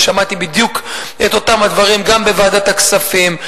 ושמעתי בדיוק את אותם דברים גם בוועדת הכספים,